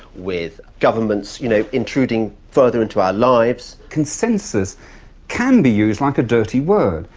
with governments you know intruding further into our lives. consensus can be used like a dirty word.